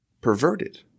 perverted